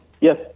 Yes